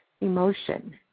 emotion